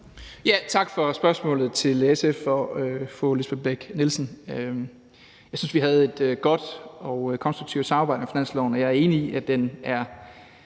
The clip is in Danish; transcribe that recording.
Tak for spørgsmålet til SF og fru Lisbeth Bech-Nielsen. Jeg synes, vi havde et godt og konstruktivt samarbejde om finansloven, og jeg er enig i, at det